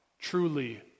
truly